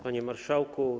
Panie Marszałku!